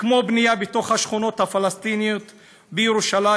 בדרכים כמו בנייה בתוך השכונות הפלסטיניות בירושלים,